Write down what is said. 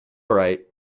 right